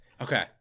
Okay